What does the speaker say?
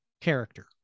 character